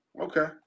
Okay